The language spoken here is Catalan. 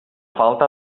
falta